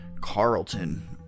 Carlton